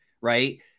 right